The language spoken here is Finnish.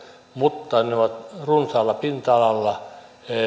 mutta ne ovat runsaalla pinta alalla pitoisuudeltaan